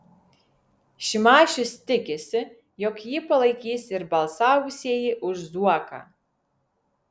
šimašius tikisi jog jį palaikys ir balsavusieji už zuoką